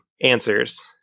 answers